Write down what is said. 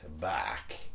back